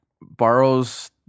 borrows